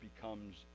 becomes